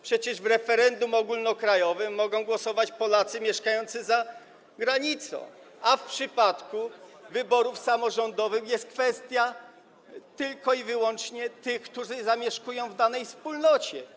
Przecież w referendum ogólnokrajowym mogą głosować Polacy mieszkający za granicą, a w przypadku wyborów samorządowych jest kwestia tylko i wyłącznie tych, którzy zamieszkują w danej wspólnocie.